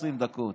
20 דקות.